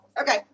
okay